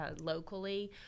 locally